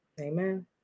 Amen